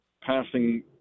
passing